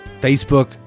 Facebook